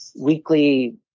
weekly